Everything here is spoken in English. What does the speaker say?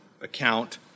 account